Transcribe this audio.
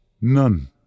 None